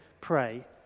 pray